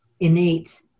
innate